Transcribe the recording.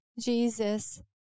Jesus